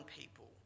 people